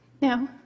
Now